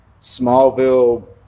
Smallville